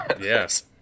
Yes